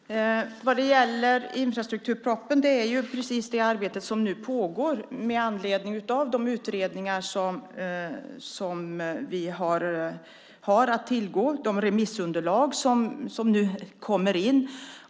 Herr talman! Vad gäller infrastrukturpropositionen vill jag säga att det arbetet pågår utifrån de utredningar vi har att tillgå och de remissunderlag som nu kommer in.